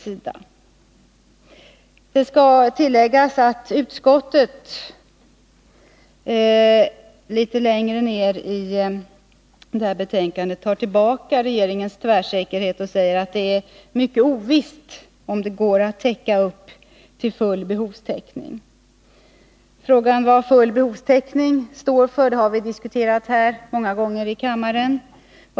Jag kan tillägga att utskottet litet längre fram i betänkandet tar tillbaka litet av tvärsäkerheten och säger att ”möjligheterna att uppnå full behovstäckning inom en tioårsperiod framstår som mycket ovissa”. Vad ”full behovstäckning” står för har vi diskuterat många gånger i kammaren.